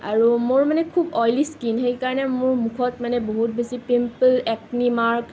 আৰু মোৰ মানে খুব অইলি স্কীন সেইকাৰণে মোৰ মুখত মানে বহুত বেছি পিম্পুল একনি মাৰ্ক